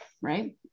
right